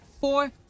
four